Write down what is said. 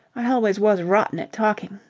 i always was rotten at talking.